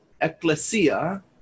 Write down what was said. ecclesia